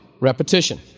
Repetition